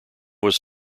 was